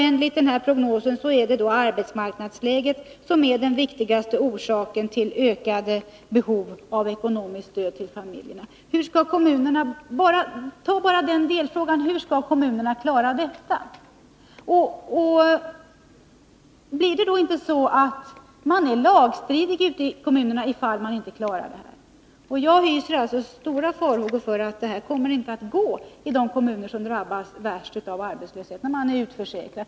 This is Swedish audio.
Enligt prognosen är det arbetsmarknadsläget som är den viktigaste orsaken till det ökade behovet av ekonomiskt stöd till familjerna. Ta bara upp denna delfråga: Hur skall kommunerna klara detta? Är man då inte lagstridig ute i kommunerna om man inte klarar det? Jag hyser stora farhågor för att detta inte kommer att gåide kommuner som drabbas värst av arbetslöshet och utförsäkring.